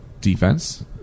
defense